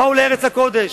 באו לארץ הקודש,